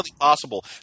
possible